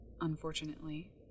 unfortunately